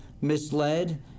misled